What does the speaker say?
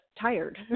tired